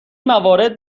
موارد